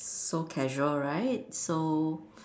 so casual right so